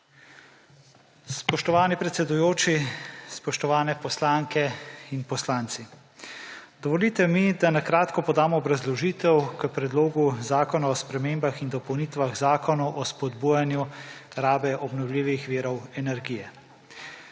Spoštovani predsedujoči, spoštovane poslanke in poslanci. Dovolite mi, da na kratko podam obrazložitev k Predlogu zakona o spremembah in dopolnitvah Zakona o spodbujanju rabe obnovljivih virov energije.